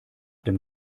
dem